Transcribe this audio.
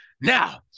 Now